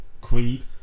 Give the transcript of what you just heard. Creed